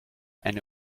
eine